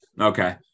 Okay